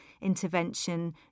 intervention